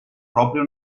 propria